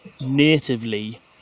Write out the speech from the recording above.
natively